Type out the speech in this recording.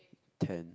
ten